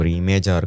image